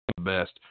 best